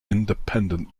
independent